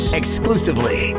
exclusively